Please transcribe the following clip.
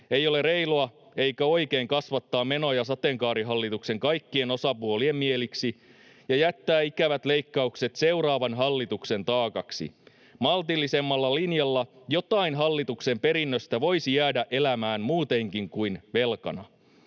Ei ole reilua eikä oikein kasvattaa menoja sateenkaarihallituksen kaikkien osapuolien mieliksi ja jättää ikävät leikkaukset seuraavan hallituksen taakaksi. Maltillisemmalla linjalla jotain hallituksen perinnöstä voisi jäädä elämään muutenkin kuin velkana.